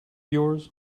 yours